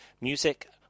music